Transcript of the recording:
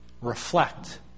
reflect